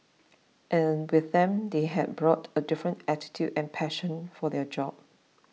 and with them they have brought a different attitude and passion for their job